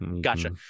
Gotcha